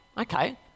Okay